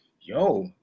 Yo